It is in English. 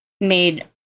made